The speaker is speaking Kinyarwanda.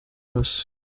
maso